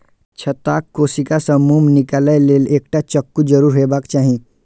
छत्ताक कोशिका सं मोम निकालै लेल एकटा चक्कू जरूर हेबाक चाही